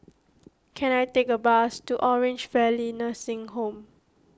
can I take a bus to Orange Valley Nursing Home